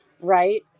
Right